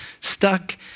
stuck